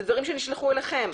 זה דברים שנשלחו אליכם,